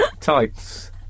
tights